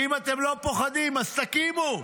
אם אתם לא פוחדים, אז תקימו.